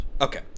Okay